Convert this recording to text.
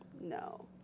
No